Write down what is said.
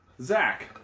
Zach